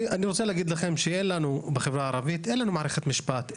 אני רוצה להגיד לכם שבחברה הערבית אין לנו מערכת משפט,